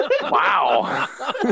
Wow